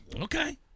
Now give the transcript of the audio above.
Okay